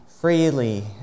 Freely